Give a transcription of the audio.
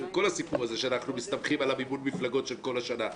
כל הסיפור שאנחנו מסתמכים על מימון המפלגות של כל השנה.